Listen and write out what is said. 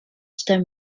stem